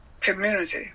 community